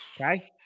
Okay